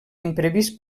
imprevist